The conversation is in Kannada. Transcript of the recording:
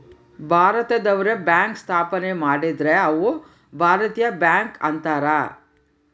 ಭಾರತದವ್ರೆ ಬ್ಯಾಂಕ್ ಸ್ಥಾಪನೆ ಮಾಡಿದ್ರ ಅವು ಭಾರತೀಯ ಬ್ಯಾಂಕ್ ಅಂತಾರ